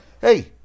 hey